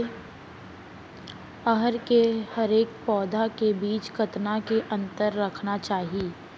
अरहर के हरेक पौधा के बीच कतना के अंतर रखना चाही?